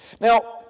now